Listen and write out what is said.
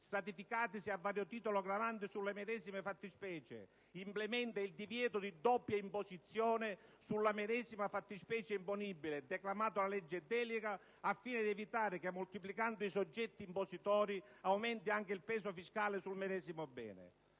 stratificatisi ed a vario titolo gravanti sulle medesime fattispecie implementa il divieto di doppia imposizione sulla medesima fattispecie imponibile, declamato dalla legge delega, al fine di evitare che moltiplicando i soggetti impositori aumenti anche il peso fiscale sul medesimo bene.